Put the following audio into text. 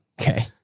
Okay